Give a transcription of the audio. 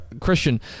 Christian